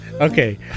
okay